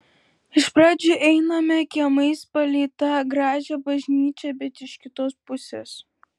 iš pradžių einame kiemais palei tą gražią bažnyčią bet iš kitos pusės